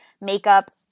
makeup